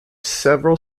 several